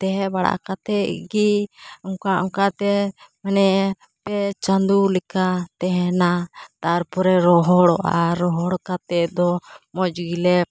ᱛᱟᱦᱮᱸ ᱵᱟᱲᱟ ᱠᱟᱛᱮ ᱜᱤ ᱚᱱᱠᱟ ᱚᱱᱠᱟ ᱛᱮ ᱢᱟᱱᱮ ᱯᱮ ᱪᱟᱸᱫᱚ ᱞᱮᱠᱟ ᱛᱟᱦᱮᱱᱟ ᱛᱟᱨᱯᱚᱨᱮ ᱨᱚᱦᱚᱲᱚᱜᱼᱟ ᱨᱚᱦᱚᱲ ᱠᱟᱛᱮ ᱫᱚ ᱢᱚᱡ ᱜᱮᱞᱮ